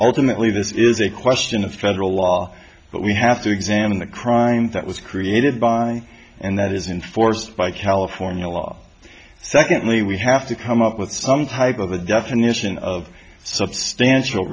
ultimately this is a question of federal law but we have to examine the crime that was created by and that is in force by california law secondly we have to come up with some type of a definition of substantial